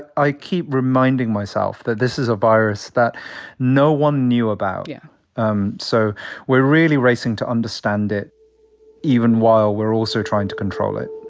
i keep reminding myself that this is a virus that no one knew about yeah um so we're really racing to understand it even while we're also trying to control it